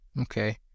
Okay